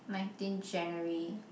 nineteen January